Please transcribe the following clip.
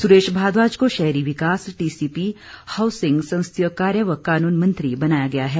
सुरेश भारद्वाज को शहरी विकास टीसीपी हाऊसिंग संसदीय कार्य व कानून मंत्री बनाया गया है